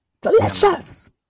Delicious